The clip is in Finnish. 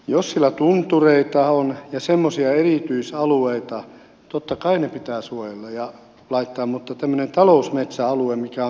jos siellä tuntureita on ja semmoisia erityisalueita totta kai ne pitää suojella ja laittaa mutta kun on tämmöinen talousmetsäalue mikä on